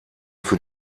für